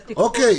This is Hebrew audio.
לא,